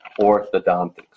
orthodontics